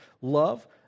Love